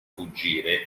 fuggire